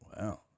Wow